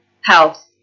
health